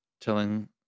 Telling